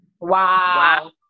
Wow